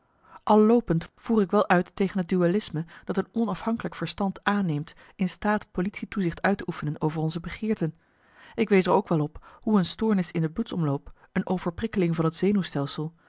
al loopend voer ik wel uit tegen het dualisme dat een onafhankelijk verstand aanneemt in staat politietoezicht uit te oefenen over onze begeerten ik wees er ook wel op hoe een stoornis in de bloedsomloop een overprikkeling van het zenuwstelsel